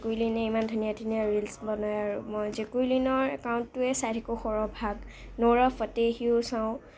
জেকুইলিনে ইমান ধুনীয়া ধুনীয়া ৰিলচ বনায় আৰু মই জেকুইলিনৰ একাউণ্টটোৱে চাই থাকোঁ সৰহভাগ নোৰা ফাতেহিও চাওঁ